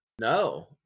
No